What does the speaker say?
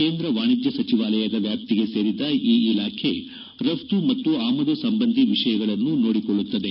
ಕೇಂದ್ರ ವಾಣಿಜ್ಯ ಸಚಿವಾಲಯದ ವ್ಯಾಪ್ತಿಗೆ ಸೇರಿದ ಈ ಇಲಾಖೆ ರಘ್ತು ಮತ್ತು ಆಮದು ಸಂಬಂಧಿ ವಿಷಯಗಳನ್ನು ನೋಡಿಕೊಳ್ಳುತ್ತದೆ